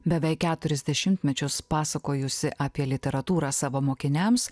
beveik keturis dešimtmečius pasakojusi apie literatūrą savo mokiniams